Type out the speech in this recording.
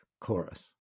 chorus